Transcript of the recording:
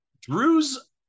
Drew's